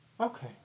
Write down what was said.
Okay